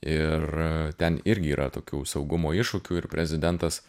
ir ten irgi yra tokių saugumo iššūkių ir prezidentas